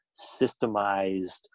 systemized